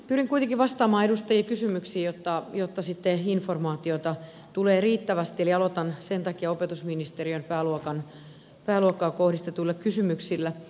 pyrin kuitenkin vastaamaan edustajien kysymyksiin jotta sitten informaatiota tulee riittävästi eli aloitan sen takia opetusministeriön pääluokkaan kohdistetuilla kysymyksillä